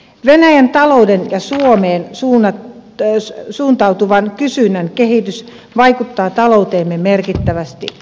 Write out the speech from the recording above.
venäjän talouden ja suomeen suuntautuvan kysynnän kehitys vaikuttaa talouteemme merkittävästi